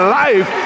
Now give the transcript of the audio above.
life